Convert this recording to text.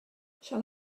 shall